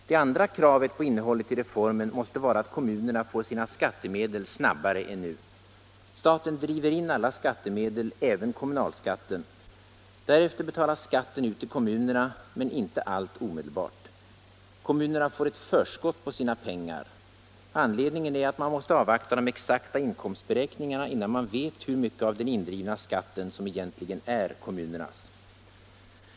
Det andra kravet på innehållet i reformen måste vara att kommunerna får sina skattemedel snabbare än nu. Staten driver in alla skattemedel, även kommunalskatten. Därefter betalas skatten ut till kommunerna, men inte allt omedelbart. Kommunerna får ett förskott på sina pengar. Anledningen är att man måste avvakta de exakta inkomstberäkningarna, innan man vet hur mycket av den indrivna skatten som egentligen är kommunernas.